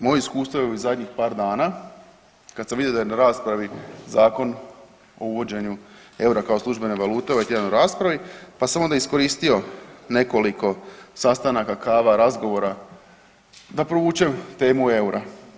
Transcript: Moje iskustvo u ovih zadnjih par dana kad sam vidio da je na raspravi Zakon o uvođenju eura kao službene valute ovaj tjedan u raspravi pa sam onda iskoristio nekoliko sastanaka, kava, razgovora da provučem temu eura.